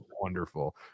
Wonderful